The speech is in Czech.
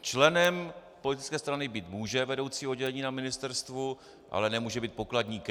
Členem politické strany být může vedoucí oddělení na ministerstvu, ale nemůže být pokladníkem.